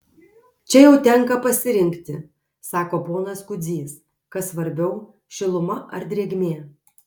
čia jau tenka pasirinkti sako ponas kudzys kas svarbiau šiluma ar drėgmė